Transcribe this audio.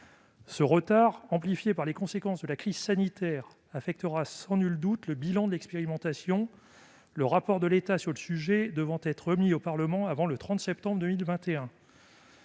Ce retard, amplifié par les conséquences de la crise sanitaire, affectera sans nul doute le bilan de l'expérimentation, le rapport de l'État sur le sujet devant être remis au Parlement avant le 30 septembre 2021.